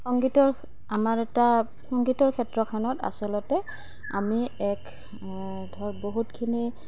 সংগীতৰ আমাৰ এটা সংগীতৰ ক্ষেত্ৰখনত আচলতে আমি এক ধৰক বহুতখিনি